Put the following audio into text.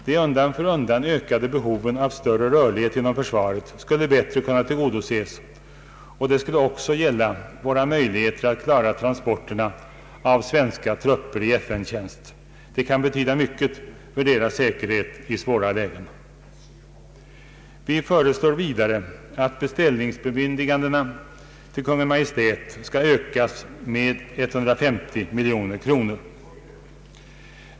De undan för undan ökade behoven av större rörlighet inom försvaret skulle bättre kunna tillgodoses, och det skulle också gälla våra möjligheter att klara transporterna av svenska trupper i FN tjänst. Det kan betyda mycket för deras säkerhet i svåra lägen. Vi föreslår vidare att beställningsbemyndigandena till Kungl. Maj:t skall ökas med 150 miljoner kronor.